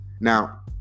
now